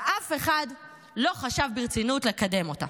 ואף אחד לא חשב ברצינות לקדם אותה.